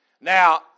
Now